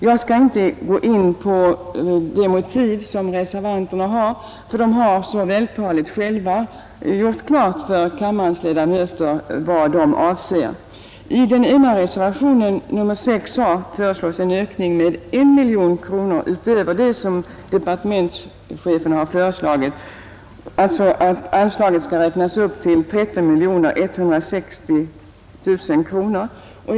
Jag skall inte gå in på de motiv som reservanterna har, ty de har så vältaligt själva gjort klart för kammarens ledamöter vad de avser. I reservationen 6 a föreslås en ökning med 1 miljon kronor utöver det av departementschefen föreslagna beloppet, alltså ett anslag på 13 160 000 kronor.